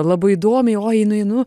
labai įdomiai oi nueinu